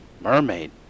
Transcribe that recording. Mermaid